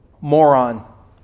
moron